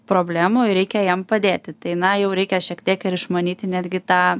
problemų ir reikia jiem padėti tai na jau reikia šiek tiek ir išmanyti netgi tą